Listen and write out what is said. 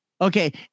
Okay